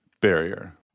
barrier